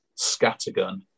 scattergun